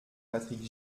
patrick